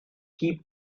keep